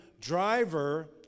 driver